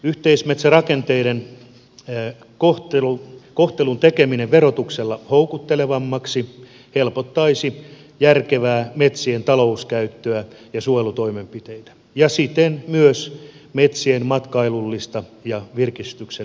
yhteismetsärakenteiden kohtelun tekeminen verotuksella houkuttelevammaksi helpottaisi järkevää metsien talouskäyttöä ja suojelutoimenpiteitä ja siten myös metsien matkailullista ja virkistyksellistä arvoa